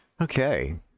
Okay